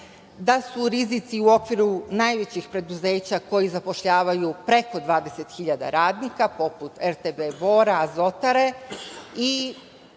da su rizici u okviru najvećih preduzeća koji zapošljavaju preko 20 hiljada radnika, poput RTB Bora, Azotare.